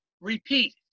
repeat